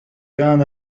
كان